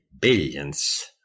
billions